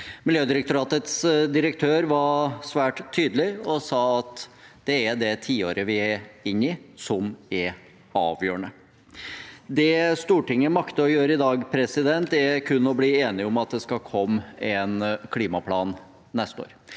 Miljødirektoratets direktør var svært tydelig og sa at det tiåret vi er inne i, er avgjørende. Det Stortinget makter å gjøre i dag, er kun å bli enige om at det skal komme en klimaplan neste år.